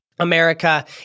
America